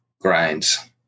grinds